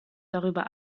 darüber